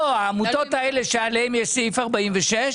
העמותות הללו, שלגביהן יש אישור לעניין סעיף 46,